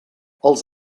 els